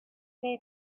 they